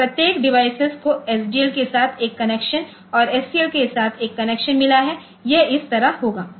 तो प्रत्येक डिवाइस को एसडीएल के साथ एक कनेक्शन और एससीएल के साथ एक कनेक्शन मिला है यह इस तरह होगा